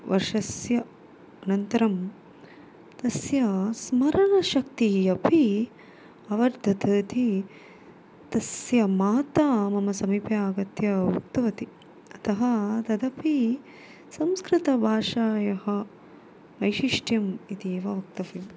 वर्षस्य अनन्तरं तस्य स्मरणशक्तिः अपि अवर्धयत् इति तस्य माता मम समीपे आगत्य उक्तवति अतः तदपि संस्कृतभाषायाः वैशिष्ट्यम् इति एव वक्तव्यम्